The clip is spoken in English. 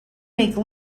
make